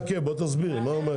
תסביר מה מעכב.